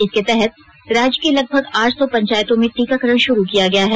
इसके तहत राज्य के लगभग आठ सौ पंचायतों में टीकाकरण शुरू किया गया है